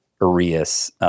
Arias